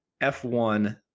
F1